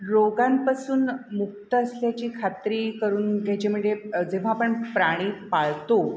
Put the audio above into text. रोगांपासून मुक्त असल्याची खात्री करून त्याचे म्हणजे जेव्हा आपण प्राणी पाळतो